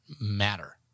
matter